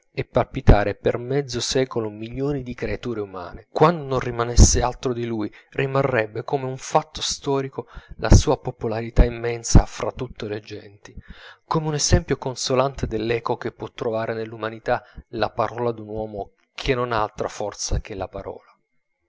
e palpitare per mezzo secolo milioni di creature umane quando non rimanesse altro di lui rimarrebbe come un fatto storico la sua popolarità immensa fra tutte le genti come un esempio consolante dell'eco che può trovare nell'umanità la parola d'un uomo che non ha altra forza che la parola